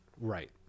Right